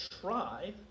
try